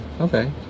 Okay